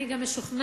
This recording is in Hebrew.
אני גם משוכנעת